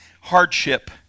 hardship